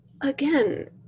again